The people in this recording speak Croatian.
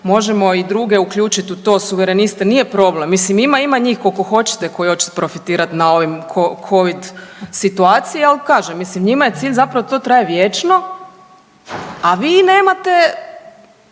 možemo i druge uključiti u to, suvereniste, nije problem. Mislim, ima njih kolko hoćete, koji hoće profitirati na ovim Covid situaciji, ali kažem, njima je cilj zapravo da to traje vječno, a vi nemate,